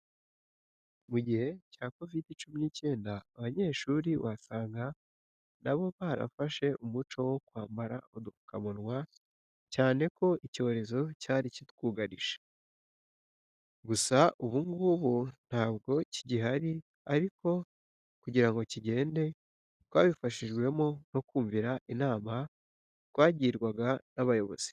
Mu gihe cya Covid cumi n'icyenda abanyeshuri wasanga na bo barafashe umuco wo kwambara udupfukamunwa, cyane ko icyo cyorezo cyari kitwugarije. Gusa ubu ngubu ntabwo kigihari ariko kugira ngo kigende twabifashijwemo no kumvira inama twagirwaga n'abayobozi.